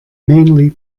mainly